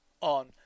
on